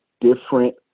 different